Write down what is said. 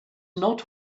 not